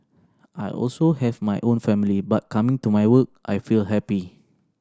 I also have my own family but coming to my work I feel happy